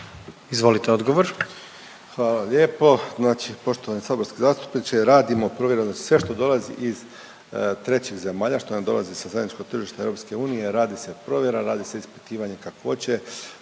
lijepo .../Govornik se ne čuje./... poštovani saborski zastupniče, radimo provjeru da sve što dolazi iz trećih zemalja, što nam dolazi sa zajedničkog tržišta EU, radi se provjera, radi se ispitivanje kakvoće,